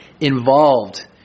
involved